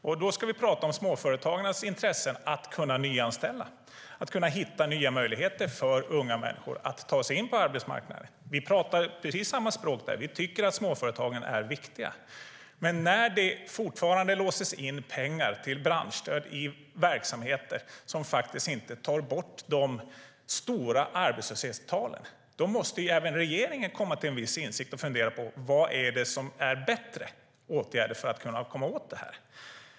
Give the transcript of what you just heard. Här handlar det om småföretagarnas intresse av att nyanställa och hitta nya möjligheter för unga människor att ta sig in på arbetsmarknaden. Men när det fortfarande låses in pengar till branschstöd i verksamheter som inte tar bort de stora arbetslöshetstalen måste även regeringen komma till viss insikt och fundera på vad som är bättre åtgärder för att komma åt detta.